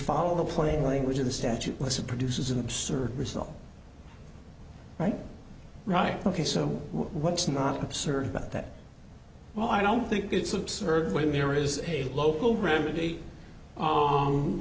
follow the plain language of the statute was a produces an absurd result right right ok so what's not absurd about that well i don't think it's absurd when there is a local remedy